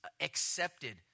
accepted